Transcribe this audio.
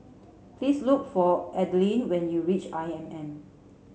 please look for Adelyn when you reach I M M